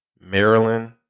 Maryland